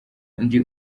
undi